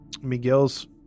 Miguel's